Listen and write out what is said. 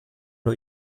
nur